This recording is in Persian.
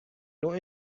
نوع